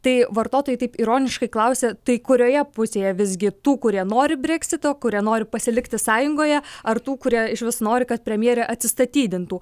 tai vartotojai taip ironiškai klausia tai kurioje pusėje visgi tų kurie nori breksito kurie nori pasilikti sąjungoje ar tų kurie išvis nori kad premjerė atsistatydintų